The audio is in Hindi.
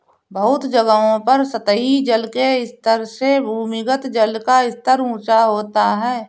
बहुत जगहों पर सतही जल के स्तर से भूमिगत जल का स्तर ऊँचा होता है